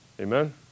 Amen